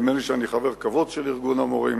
נדמה לי שאני חבר כבוד של ארגון המורים